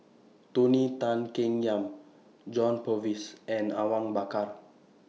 Tony Tan Keng Yam John Purvis and Awang Bakar